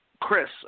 Chris